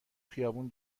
خیابون